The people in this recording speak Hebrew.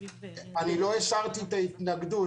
אני לא הסרתי את ההתנגדות,